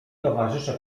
towarzysze